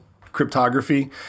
cryptography